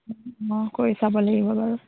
অঁ কৰি চাব লাগিব বাৰু